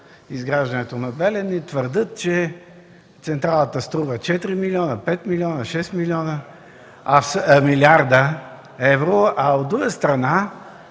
изграждането на „Белене” твърдят, че централата струва 4 милиарда, 5 милиарда, 6 милиарда евро, а от друга